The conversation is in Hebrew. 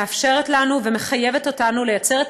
מאפשרת לנו ומחייבת אותנו לייצר את